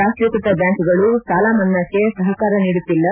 ರಾಷ್ಷೀಕೃತ ಬ್ಯಾಂಕ್ಗಳು ಸಾಲಮನ್ನಾಕ್ಷೆ ಸಹಕಾರ ನೀಡುತ್ತಿಲ್ಲ